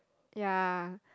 ya